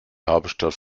hauptstadt